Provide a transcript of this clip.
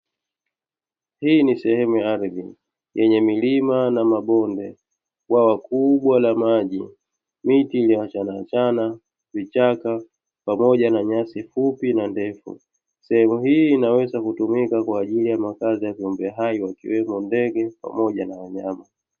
Hii ni sehemu ya ardhi yenye milima na mabonde, bwawa kubwa la maji, miti iliyoachanaachana, vichaka pamoja na nyasi fupi na ndefu. Sehemu hii inaweza kutumika kwa ajili makazi ya viumbehai, wakiwemo ndege pamoja na wanyama.